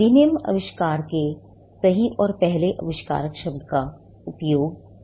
अधिनियम आविष्कार के सही और पहले आविष्कारक शब्द का उपयोग करता है